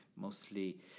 Mostly